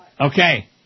Okay